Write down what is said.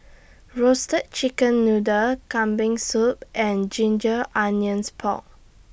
Roasted Chicken Noodle Kambing Soup and Ginger Onions Pork